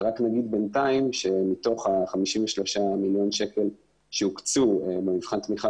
ורק נגיד בינתיים שמתוך ה-53 מיליון שקל שהוקצו במבחן התמיכה